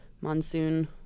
Monsoon